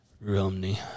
Romney